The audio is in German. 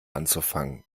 anzufangen